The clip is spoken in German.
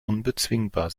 unbezwingbar